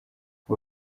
ngo